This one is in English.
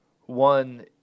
One